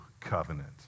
covenant